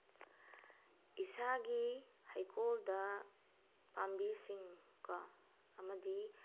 ꯏꯁꯥꯒꯤ ꯍꯩꯀꯣꯜꯗ ꯄꯥꯝꯕꯤꯁꯤꯡꯀꯣ ꯑꯃꯗꯤ